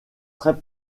très